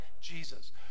Jesus